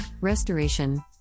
restoration